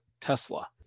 Tesla